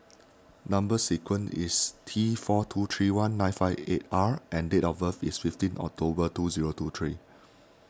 Number Sequence is T four two three one nine five eight R and date of birth is fifteen October two zero two three